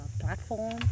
platform